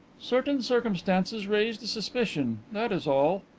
certain circumstances raised a suspicion that is all.